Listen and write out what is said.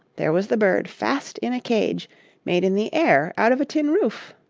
there was the bird fast in a cage made in the air out of a tin roof.